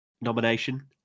nomination